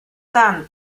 tant